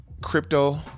Crypto